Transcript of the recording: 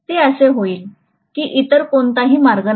ते असे होईल की इतर कोणताही मार्ग नाही